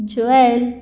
Joel